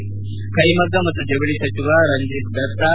ಕ್ಷೆಮಗ್ಗ ಮತ್ತು ಜವಳಿ ಸಚಿವ ರಂಜಿತ್ ದತ್ತಾ